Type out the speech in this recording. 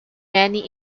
many